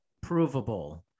provable